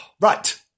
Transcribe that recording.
Right